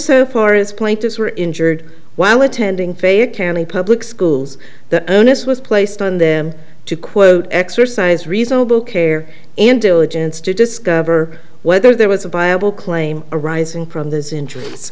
so far as plaintiffs were injured while attending fayette county public schools the onus was placed on them to quote exercise reasonable care and diligence to discover whether there was a buyable claim arising from those interests